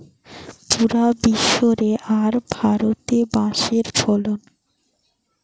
পুরা বিশ্ব রে আর ভারতে বাঁশের ফলন